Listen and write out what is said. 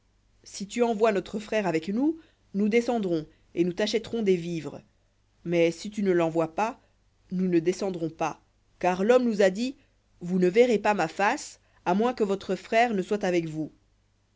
si tu envoies notre frère avec nous nous descendrons et nous t'achèterons des vivres mais si tu ne l'envoies pas nous ne descendrons pas car l'homme nous a dit vous ne verrez pas ma face à moins que votre frère ne soit avec vous